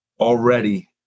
already